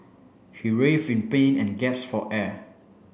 he writhed in pain and gasped for air